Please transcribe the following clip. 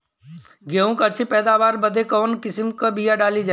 गेहूँ क अच्छी पैदावार बदे कवन किसीम क बिया डाली जाये?